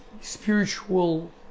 spiritual